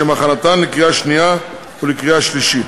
לשם הכנתן לקריאה השנייה ולקריאה השלישית.